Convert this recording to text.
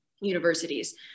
universities